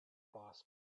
boss